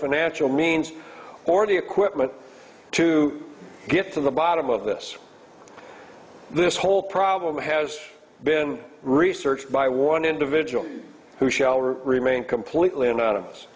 financial means or the equipment to get to the bottom of this this whole problem has been researched by one individual who shall remain completely anonymous